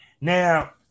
Now